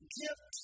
gift